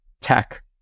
tech